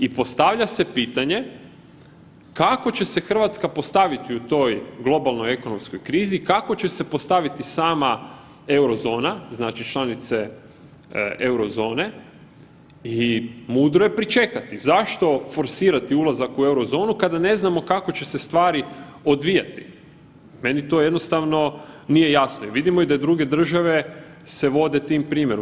I postavlja se pitanje kako će se RH postaviti u toj globalnoj ekonomskoj krizi, kako će se postaviti sama Eurozona, znači članice Eurozone i mudro je pričekati, zašto forsirati uzlazak u Eurozonu kada ne znamo kako će se stvari odvijati, meni to jednostavno nije jasno i vidimo da i druge države se vode tim primjerom.